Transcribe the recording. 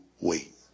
wait